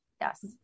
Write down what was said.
Yes